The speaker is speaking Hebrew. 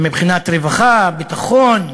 מבחינת רווחה, ביטחון,